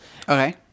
Okay